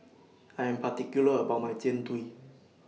I Am particular about My Jian Dui